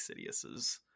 sidious's